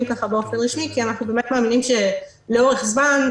באופן רשמי כי אנחנו באמת מאמינים שלאורך זמן,